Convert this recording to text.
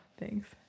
thanks